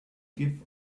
give